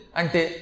ante